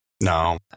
No